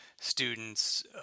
students